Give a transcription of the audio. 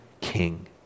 king